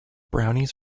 brownies